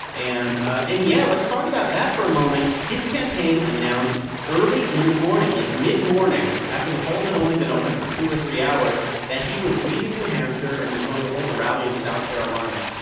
and and, yeah, let's talk about that for a moment. his campaign announced early in the morning like, mid-morning, after the polls had only been open for two or three hours that he was leaving new hampshire and was going to hold a rally in south carolina.